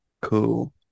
cool